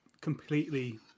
completely